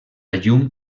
llum